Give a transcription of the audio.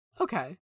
Okay